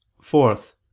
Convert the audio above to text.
fourth